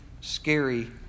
scary